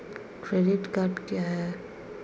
Credit card क्या है?